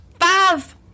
five